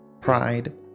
pride